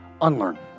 unlearn